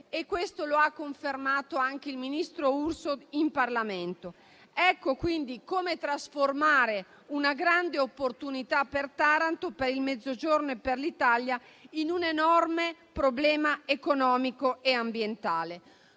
come ha confermato anche il ministro Urso in Parlamento. Ecco quindi come trasformare una grande opportunità per Taranto, per il Mezzogiorno e per l'Italia in un enorme problema economico e ambientale.